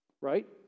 right